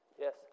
Yes